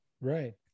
right